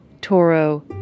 Toro